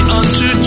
unto